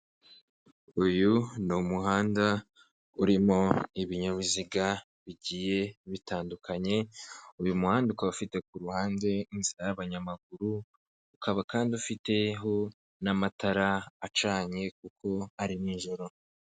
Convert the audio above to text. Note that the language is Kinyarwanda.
Uyu ni umuhanda urimo ibinyabiziga bigiye bitandukanye, uyu muhanda ukaba ufite ku ruhande inzira y'abanyamaguru ukaba kandi ufite n'amatara acanye kuko ari nijoro.